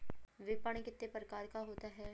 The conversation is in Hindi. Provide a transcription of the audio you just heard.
विपणन कितने प्रकार का होता है?